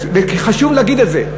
כי חשוב להגיד את זה.